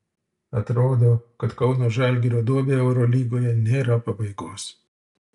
atrodo kad kauno žalgirio duobei eurolygoje nėra pabaigos